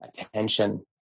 attention